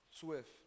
Swift